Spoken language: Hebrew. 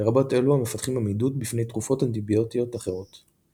לרבות אלו המפתחים עמידות בפני תרופות אנטיביוטיות אחרות.